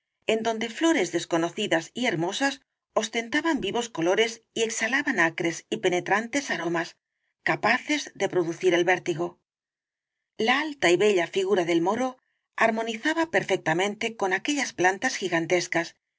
en donde flores desconocidas y hermosas ostentaban rosalía de castro vivos colores y exhalaban acres y penetrantes aromas capaces de producir el vértigo la alta y bella figura del moro armonizaba perfectamente con aquellas plantas gigantescas